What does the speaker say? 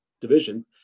division